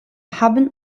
haben